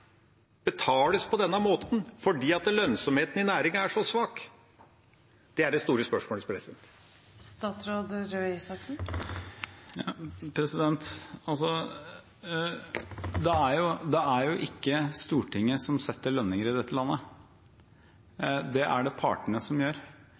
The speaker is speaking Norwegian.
betales på denne måten fordi lønnsomheten i næringen er så svak? Det er det store spørsmålet. Det er jo ikke Stortinget som setter lønninger i dette landet.